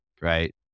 Right